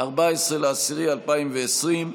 14 באוקטובר 2020,